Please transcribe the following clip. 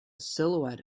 silhouette